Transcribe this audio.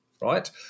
right